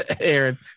Aaron